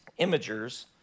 imagers